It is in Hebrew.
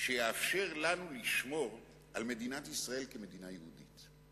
שיאפשר לנו לשמור על מדינת ישראל כמדינה יהודית.